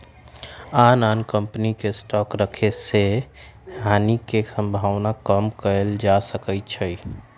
आन आन कम्पनी के स्टॉक रखे से हानि के सम्भावना कम कएल जा सकै छइ